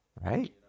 Right